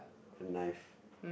and knife